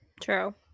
True